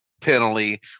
penalty